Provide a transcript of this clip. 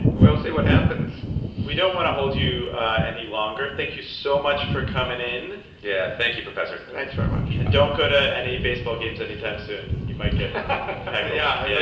we'll see what happens we don't want to hold you any longer. thank you so much for coming in yeah, thank you, professor thanks very much and don't go to any baseball games any time soon you might get tackled yeah,